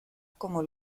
como